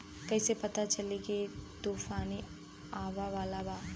कइसे पता चली की तूफान आवा वाला बा?